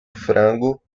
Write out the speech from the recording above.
frango